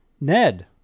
Ned